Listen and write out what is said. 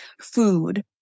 food